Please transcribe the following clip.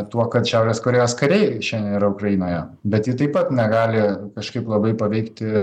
tuo kad šiaurės korėjos kariai šiandien yra ukrainoje bet ji taip pat negali kažkaip labai paveikti